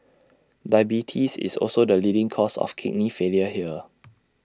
diabetes is also the leading cause of kidney failure here